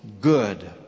good